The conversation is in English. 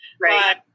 Right